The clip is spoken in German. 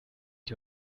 die